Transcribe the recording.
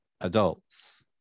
adults